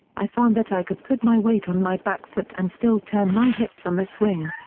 i found that i could put my weight on my back foot and still turn my hips on the swing.